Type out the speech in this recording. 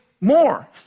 more